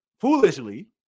foolishly